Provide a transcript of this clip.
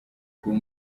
kuba